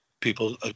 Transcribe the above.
people